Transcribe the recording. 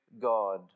God